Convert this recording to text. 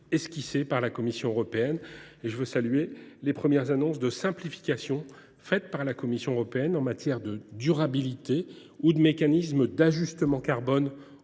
esquissée par la Commission européenne et je veux saluer les premières annonces de simplification qu’elle a faites en matière de durabilité ou de mécanisme d’ajustement carbone